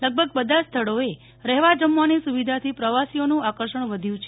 લગભગ બધા જ સ્થળોએ રહેવા જમવાની સુવિધાથી પ્રવાસીઓનું આકર્ષણ વધ્યું છે